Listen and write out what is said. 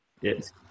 Yes